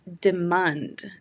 demand